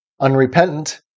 Unrepentant